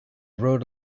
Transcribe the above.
rode